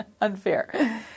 Unfair